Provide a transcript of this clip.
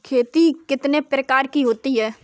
खेती कितने प्रकार की होती है?